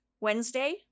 wednesday